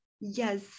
Yes